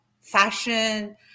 fashion